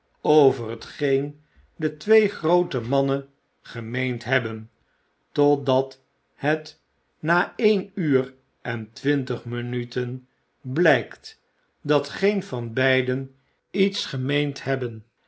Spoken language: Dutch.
over hetgeen de tweegroote mannen gemeend hebben totdat het na een uur en twintig minuten blijkt dat geen van beiden iets gemeend hebben